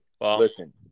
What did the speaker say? listen